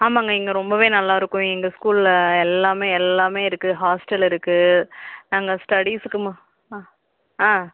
ஆமாங்க இங்கே ரொம்பவே நல்லா இருக்கும் எங்கள் ஸ்கூல்லில் எல்லாமே எல்லாமே இருக்குது ஹாஸ்ட்டல் இருக்குது நாங்கள் ஸ்டடீஸுக்கு மு அ ஆ